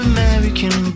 American